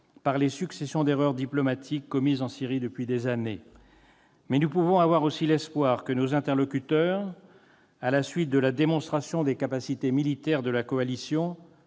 fait des successions d'erreurs diplomatiques commises en Syrie depuis des années. Toutefois, nous pouvons également avoir l'espoir que nos interlocuteurs, à la suite de la démonstration des capacités militaires de la coalition,